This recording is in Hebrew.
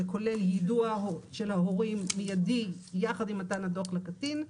שכולל יידוע של ההורים מיידי יחד עם מתן הדוח לקטין,